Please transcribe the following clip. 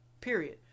Period